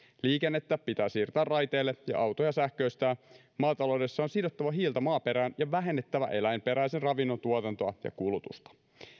liikennettä pitää siirtää raiteille ja autoja sähköistää maataloudessa on sidottava hiiltä maaperään ja vähennettävä eläinperäisen ravinnon tuotantoa ja kulutusta